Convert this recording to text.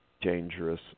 dangerous